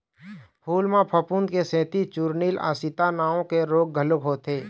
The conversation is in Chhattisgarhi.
फूल म फफूंद के सेती चूर्निल आसिता नांव के रोग घलोक होथे